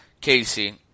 Casey